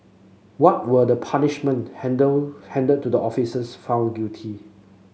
what were the punishment handle handed to the officers found guilty